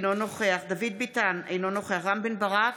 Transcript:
אינו נוכח דוד ביטן, אינו נוכח רם בן ברק,